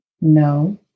no